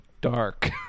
dark